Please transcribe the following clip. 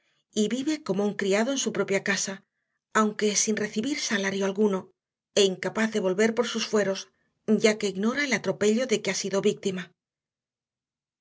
y vive como un criado en su propia casa aunque sin recibir salario alguno e incapaz de volver por sus fueros ya que ignora el atropello de que ha sido víctima